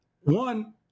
one